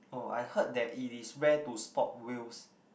oh I heard that it is rare to spot whales